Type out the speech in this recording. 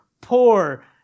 poor